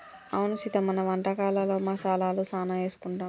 అవును సీత మన వంటకాలలో మసాలాలు సానా ఏసుకుంటాం